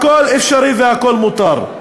הכול אפשרי והכול מותר.